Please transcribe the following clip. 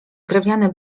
drewniany